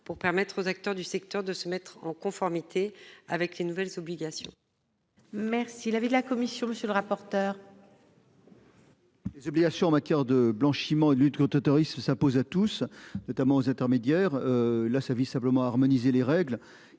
pour permettre aux acteurs du secteur de se mettre en conformité avec les nouvelles obligations.